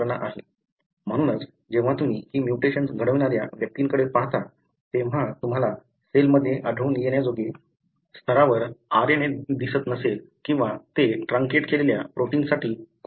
म्हणूनच जेव्हा तुम्ही ही म्युटेशन्स घडवणाऱ्या व्यक्तींकडे पाहता तेव्हा तुम्हाला सेलमध्ये आढळून येण्याजोग्या स्तरावर RNA दिसत नसेल किंवा ते ट्रांकेट केलेल्या प्रोटिन्ससाठी कोडही नसतील